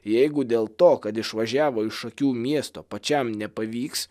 jeigu dėl to kad išvažiavo iš šakių miesto pačiam nepavyks